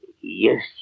Yes